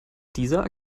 dieser